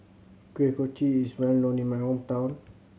Kuih Kochi is well known in my hometown